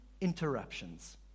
interruptions